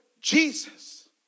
Jesus